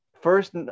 first